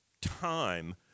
time